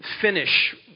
finish